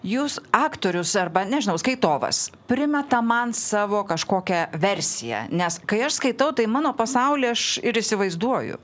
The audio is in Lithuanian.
jūs aktorius arba nežinau skaitovas primeta man savo kažkokią versiją nes kai aš skaitau tai mano pasaulį aš ir įsivaizduoju